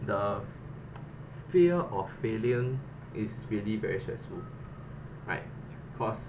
the fear of failure is really very stressful like cause